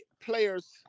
players